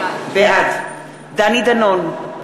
בעד דני דנון,